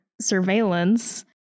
surveillance